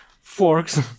forks